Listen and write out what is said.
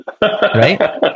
right